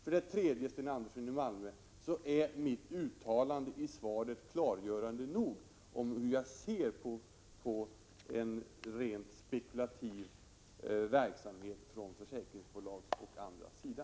För det tredje, Sten Andersson i Malmö, är mitt uttalande i svaret klargörande nog om hur jag ser på en rent spekulativ verksamhet från försäkringsbolags och andras sida.